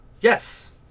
yes